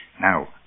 Now